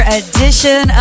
edition